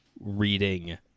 reading